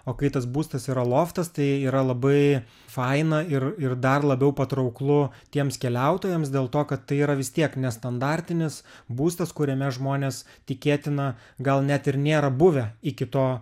o kai tas būstas yra loftas tai yra labai faina ir ir dar labiau patrauklu tiems keliautojams dėl to kad tai yra vis tiek nestandartinis būstas kuriame žmonės tikėtina gal net ir nėra buvę iki to